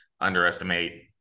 underestimate